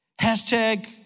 Hashtag